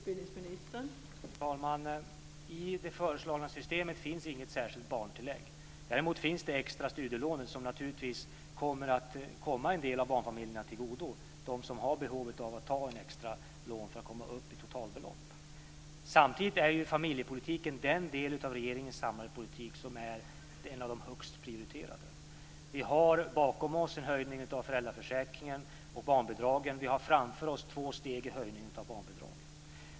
Fru talman! I det föreslagna systemet finns inget särskilt barntillägg. Däremot finns de extra studielånen, som naturligtvis kommer att komma en del av barnfamiljerna till godo - de som har behov av att ta extra lån för att komma upp i totalbelopp. Samtidigt är ju familjepolitiken en av de högst prioriterade delarna av regeringens samlade politik. Vi har bakom oss en höjning av föräldraförsäkringen och barnbidragen. Vi har framför oss två stegs höjning av barnbidragen.